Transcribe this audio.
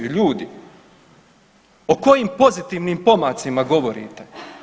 Ljudi, o kojim pozitivnim pomacima govorite?